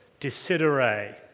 decidere